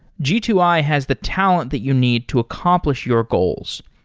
g two i has the talent that you need to accomplish your goals.